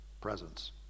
Presence